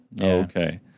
Okay